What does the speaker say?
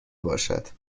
باشد